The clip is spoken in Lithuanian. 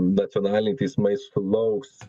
nacionaliniai teismai sulauks